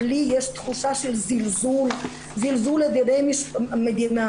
לי יש תחושה של זלזול על ידי המדינה.